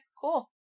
Cool